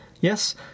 Yes